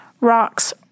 rocks